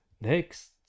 next